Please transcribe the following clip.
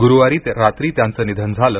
गुरुवारी रात्री त्यांचं निधन झालं